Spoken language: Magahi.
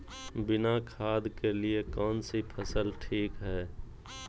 बिना खाद के लिए कौन सी फसल ठीक है?